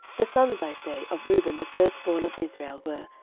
the sons, i say, of reuben the firstborn of israel were,